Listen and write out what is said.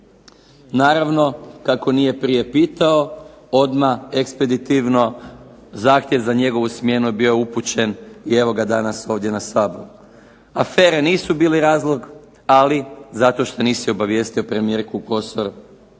Naravno, kako nije prije pitao odmah ekspeditivno zahtjev za njegovu smjenu je bio upućen i evo ga danas ovdje na …/Ne razumije se./… Afere nisu bile razlog, ali zato što nisi obavijestio premijerku Kosor